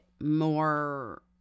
more